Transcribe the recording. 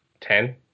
Ten